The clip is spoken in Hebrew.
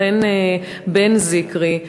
בת-חן בן-זיקרי,